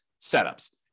setups